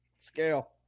scale